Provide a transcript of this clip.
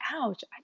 Ouch